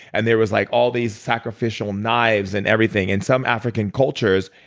and there was like all these sacrificial knives and everything. in some african cultures,